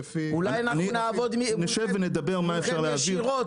אני קודם כל ביקשתי